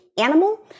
animal